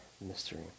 mystery